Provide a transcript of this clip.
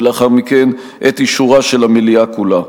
ולאחר מכן את אישורה של המליאה כולה.